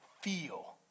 feel